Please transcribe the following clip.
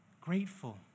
grateful